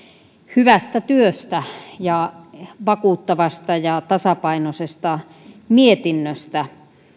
hyvästä työstä ja vakuuttavasta ja tasapainoisesta mietinnöstä